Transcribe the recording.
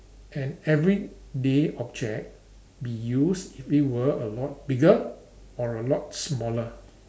an everyday object be used if it were a lot bigger or a lot smaller